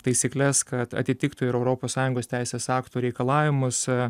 taisykles kad atitiktų ir europos sąjungos teisės aktų reikalavimus